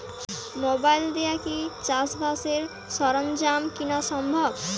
Mobile দিয়া কি চাষবাসের সরঞ্জাম কিনা সম্ভব?